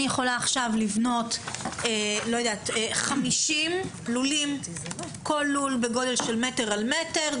אני יכולה עכשיו לבנות 50 לולים כאשר כל לול הוא בגודל של מטר על מטר,